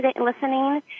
listening